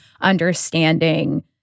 understanding